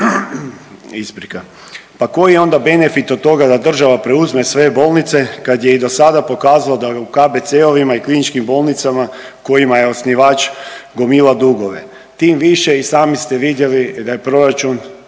Koji je benefit od toga da država preuzme sve bolnice kad je i do sada pokazala da u KBC-ovima i kliničkim bolnicama kojima upravljate stvarate i gomilate gubitke. Tim više čuli smo da u proračunu